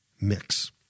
mix